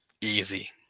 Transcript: Easy